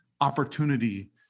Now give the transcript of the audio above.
opportunity